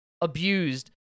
abused